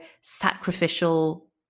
sacrificial